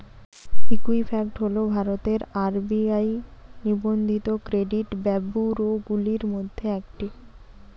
Equifax হল ভারতের RBI নিবন্ধিত ক্রেডিট ব্যুরোগুলির মধ্যে একটি